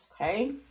okay